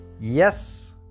yes